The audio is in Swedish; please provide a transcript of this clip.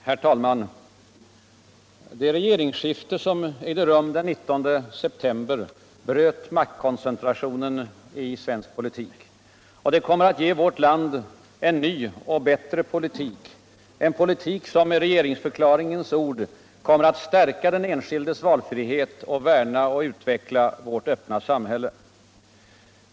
Herr talman! Det regeringsskilte som blev följden av valet den 19 september bröt maktkoncentrationen i svensk polituk. Det kommer altlt ge vårt land en nyv och bättre politik. En politik som med regeringsförklaringens ord kommer att ”stiärka den enskildes valfrihet och värna och utveckla yårl öppna samhälle”.